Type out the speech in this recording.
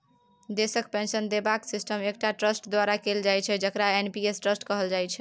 देशक पेंशन देबाक सिस्टम एकटा ट्रस्ट द्वारा कैल जाइत छै जकरा एन.पी.एस ट्रस्ट कहल जाइत छै